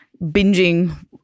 binging